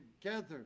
together